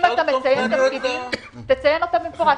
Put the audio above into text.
אם אתה מציין תפקידים, תציין אותה במפורש.